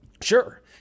Sure